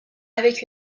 avec